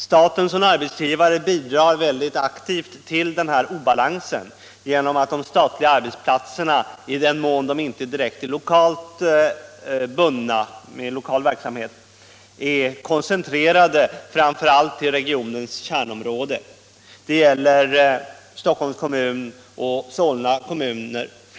Staten som arbetsgivare bidrar mycket aktivt till den här obalansen genom att de statliga arbetsplatserna i den mån de inte har direkt lokal verksamhet är koncentrerade till regionens kärnområden. Det gäller framför allt Stockholms kommun och Solna kommun.